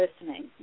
listening